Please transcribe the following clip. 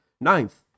Ninth